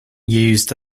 used